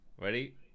Ready